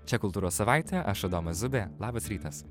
čia kultūros savaitė aš adomas zubė labas rytas